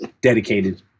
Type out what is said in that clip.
dedicated